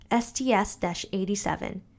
STS-87